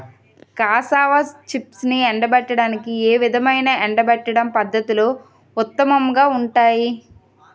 Cassava చిప్స్ను ఎండబెట్టడానికి ఏ విధమైన ఎండబెట్టడం పద్ధతులు ఉత్తమంగా ఉంటాయి?